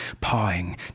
pawing